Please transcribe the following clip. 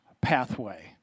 pathway